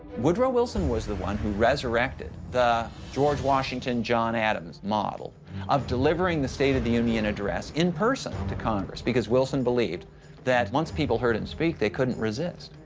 woodrow wilson was the one who resurrected the george washington-john adams model of delivering the state of the union address in person to congress. because wilson believed that once people heard him and speak, they couldn't resist.